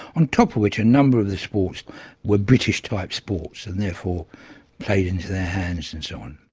on top of which a number of the sports were british-type sports and therefore played into their hands and so on.